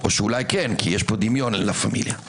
או אולי כן כי יש פה דמיון ללה פמיליה.